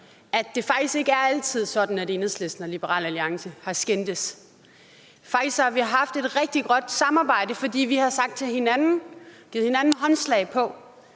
at det faktisk ikke altid har været sådan, at Enhedslisten og Liberal Alliance har skændtes. Faktisk har vi haft et rigtig godt samarbejde, fordi vi har sagt til hinanden, har